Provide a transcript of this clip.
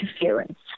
interference